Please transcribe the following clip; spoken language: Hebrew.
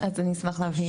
אז אני אשמח להבהיר.